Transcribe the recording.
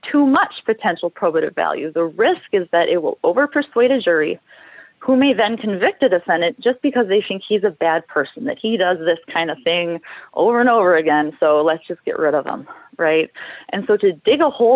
too much potential progress or value the risk is that it will over persuade a jury who may then convicted the senate just because they think he's a bad person that he does this kind of thing over and over again so let's just get rid of them right and so to dig a hole